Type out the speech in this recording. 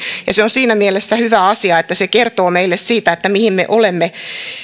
ja se on siinä mielessä hyvä asia että se kertoo meille siitä mihin me olemme